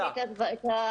לא שמעתי את ההתחלה.